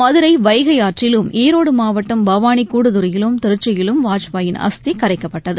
மதுரை வைகை ஆற்றிலும் ஈரோடு மாவட்டம் பவானி கூடுதுறையிலும் திருச்சியிலும் வாஜ்பாயின் அஸ்தி கரைக்கப்பட்டது